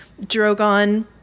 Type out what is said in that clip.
Drogon